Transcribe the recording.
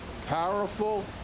powerful